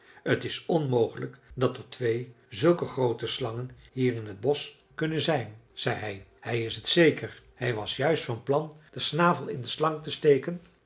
t is onmogelijk dat er twee zulke groote slangen hier in t bosch kunnen zijn zei hij hij is het zeker hij was juist van plan den snavel in de slang te steken